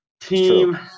team